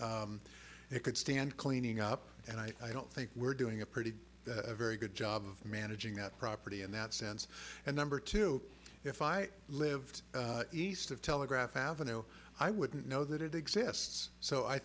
it could stand cleaning up and i don't think we're doing a pretty very good job of managing that property in that sense and number two if i lived east of telegraph avenue i wouldn't know that it exists so i